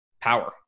power